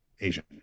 Asian